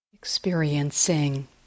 experiencing